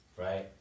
right